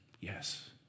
Yes